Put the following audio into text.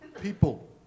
people